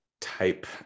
type